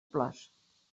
plors